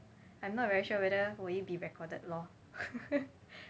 I'm not very sure whether would it be recorded lor